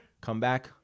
Comeback